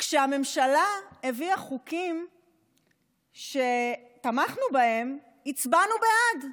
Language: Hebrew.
כשהממשלה הביאה חוקים שתמכנו בהם, הצבענו בעד,